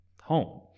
home